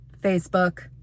Facebook